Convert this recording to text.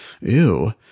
ew